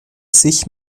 sich